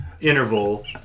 interval